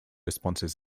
sponsors